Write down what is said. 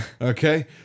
okay